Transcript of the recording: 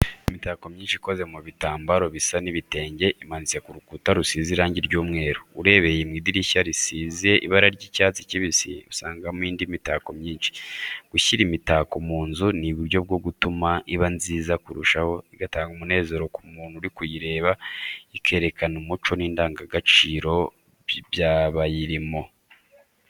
Imitako myinshi ikoze mu bitambaro bisa n'ibitenge, imanitse ku rukuta rusize irangi ry'umweru. Urebeye mu idirishya risize ibara ry'icyatsi kibisi, usangamo indi mitako myinshi. Gushyira imitako mu nzu ni uburyo bwo gutuma iba nziza kurushaho, igatanga umunezero ku muntu uri kuyireba, ikerekana umuco n’indangagaciro by’abayirimo